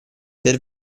per